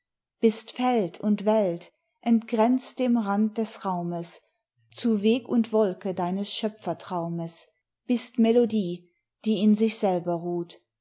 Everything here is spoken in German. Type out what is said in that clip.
bist feld und welt entgrenzt dem rand des raumes zu weg und wolke deines schöpfertraumes bist melodie die in sich selber ruht